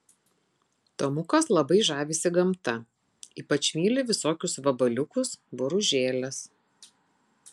tomukas labai žavisi gamta ypač myli visokius vabaliukus boružėles